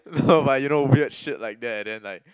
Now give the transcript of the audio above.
no but you know weird shit like that and then like